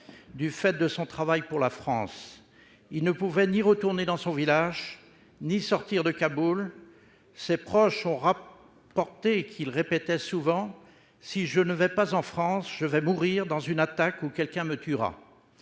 du fait de son travail pour la France. Il ne pouvait ni retourner dans son village ni sortir de Kaboul. Ses proches ont rapporté qu'il répétait souvent :« Si je ne vais pas en France, je vais mourir dans une attaque ou quelqu'un me tuera ».